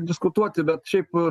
diskutuoti bet šiaip